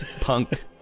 Punk